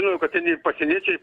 žinojau kad pasieniečiai